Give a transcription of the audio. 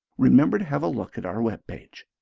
remember to have a look at our web page.